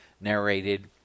narrated